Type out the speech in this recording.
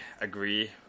agree